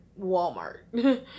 Walmart